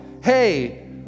Hey